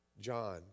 John